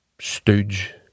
stooge